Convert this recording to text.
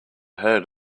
heard